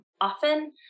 often